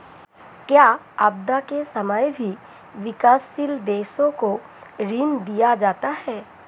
क्या आपदा के समय भी विकासशील देशों को ऋण दिया जाता है?